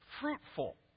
fruitful